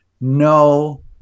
no